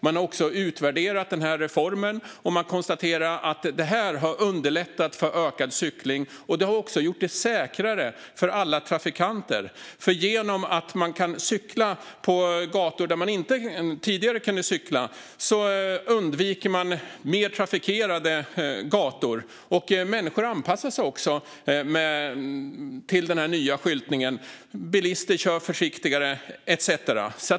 Man har också utvärderat reformen, och man konstaterar att detta har underlättat för cykling. Detta har också gjort det säkrare för alla trafikanter. I och med att man kan cykla på gator där man tidigare inte kunde cykla undviker cyklister mer trafikerade gator. Människor anpassar sig också till den nya skyltningen. Bilister kör försiktigare etcetera.